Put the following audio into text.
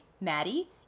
Maddie